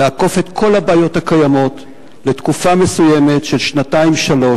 לעקוף את כל הבעיות הקיימות לתקופה מסוימת של שנתיים-שלוש.